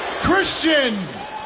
Christian